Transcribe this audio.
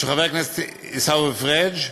של חבר הכנסת עיסאווי פריג',